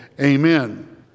Amen